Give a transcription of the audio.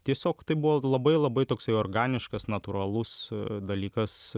tiesiog tai buvo labai labai toksai organiškas natūralus dalykas